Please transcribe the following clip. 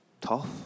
tough